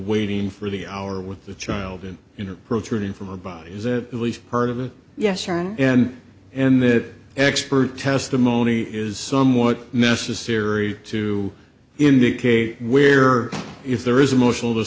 waiting for the hour with the child in inner protruding from a body that at least part of it yes earned and and that expert testimony is somewhat necessary to indicate where if there is emotional